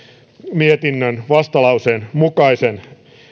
mietinnön vastalauseen mukaisen